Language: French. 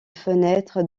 fenêtres